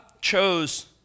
chose